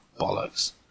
bollocks